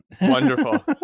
Wonderful